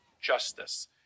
justice